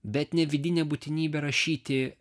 bet ne vidinė būtinybė rašyti